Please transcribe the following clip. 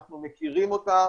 אנחנו מכירים אותה,